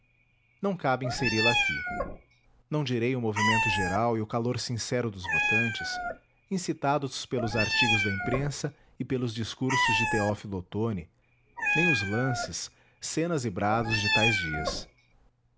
não cabe inseri la aqui não direi o movimento geral e o calor sincero dos votantes incitados pelos artigos da imprensa e pelos discursos de teófilo otôni nem os lances cenas e brados de tais dias